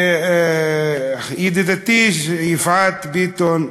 ידידתי יפעת ביטון,